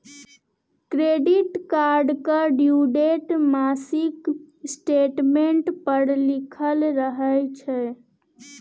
credit कार्डक due date मासिक statement पर लिखल रहय छै